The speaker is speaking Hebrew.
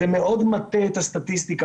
זה מאוד מטה את הסטטיסטיקה,